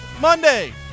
Monday